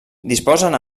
disposen